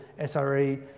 SRE